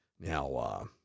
Now